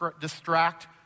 distract